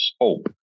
hope